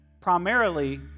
Primarily